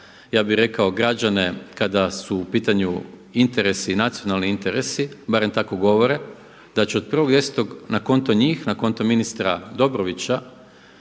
zalaže građane kada su u pitanju nacionalni interesi, barem tako govore, da će od 1.10. na konto njih, na konto ministra Dobrovića